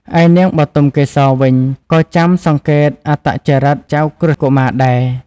ឯនាងបុទមកេសរវិញក៏ចាំសង្កេតអត្តចរិតចៅក្រឹស្នកុមារដែរ។